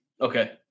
Okay